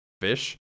fish